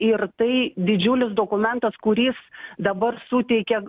ir tai didžiulis dokumentas kuris dabar suteikia